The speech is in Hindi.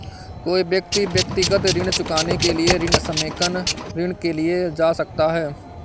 कोई व्यक्ति व्यक्तिगत ऋण चुकाने के लिए ऋण समेकन ऋण के लिए जा सकता है